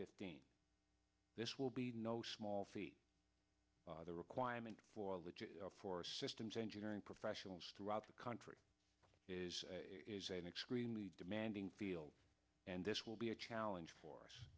fifteen this will be no small feat the requirement for which is for systems engineering professionals throughout the country is an extremely demanding field and this will be a challenge for us